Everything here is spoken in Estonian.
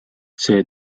see